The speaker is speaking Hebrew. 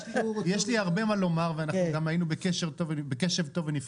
לי הרבה מה לומר ואנחנו גם היינו בקשר טוב ונפגשנו.